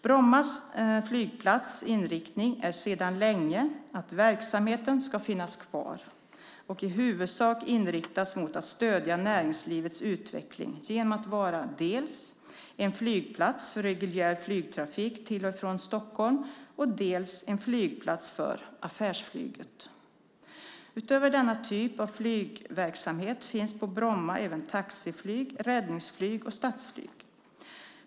Bromma flygplats inriktning är sedan länge att verksamheten ska finnas kvar, och den ska i huvudsak inriktas mot att stödja näringslivets utveckling genom att vara dels en flygplats för reguljär flygtrafik till och från Stockholm, dels en flygplats för affärsflyget. Utöver denna typ av flygverksamhet finns på Bromma även taxiflyg, räddningsflyg och statsflyg.